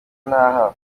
ntaha